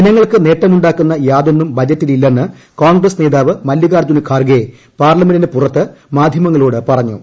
ജനങ്ങൾക്ക് നേട്ടമു ാക്കുന്ന യാതൊന്നും ബജറ്റിലില്ലെന്ന് കോൺഗ്രസ് നേതാവ് മല്ലാകാർജ്ജുന ഖാർഗെ പാർലമെന്റിന് പുറത്ത് മാധ്യമങ്ങളോട് പറഞ്ഞു